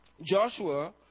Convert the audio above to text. Joshua